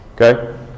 okay